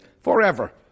forever